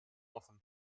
offen